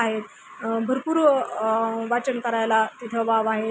त्या माहितीचा वापर व्यक्तिगत कमी होतो